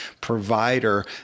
provider